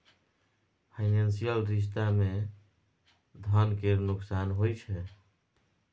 financial रिश्ता मे धन केर नोकसान होइ छै